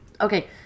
Okay